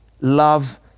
love